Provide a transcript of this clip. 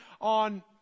on